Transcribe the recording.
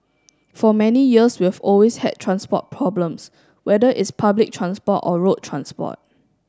for many years we've always had transport problems whether it's public transport or road transport